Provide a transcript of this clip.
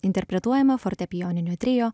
interpretuojama fortepijoninio trio